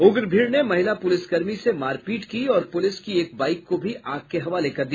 उग्र भीड़ ने महिला पुलिसकर्मी से मार पीट की और पुलिस की एक बाइक को भी आग के हवाले कर दिया